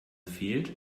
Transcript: fehlt